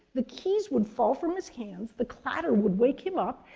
the keys would fall from his hands, the clatter would wake him up,